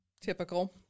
Typical